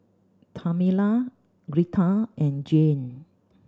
Tamela Gretta and Jayne